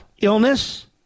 illness